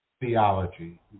theology